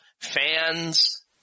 fans